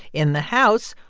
in the house,